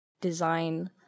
design